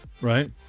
Right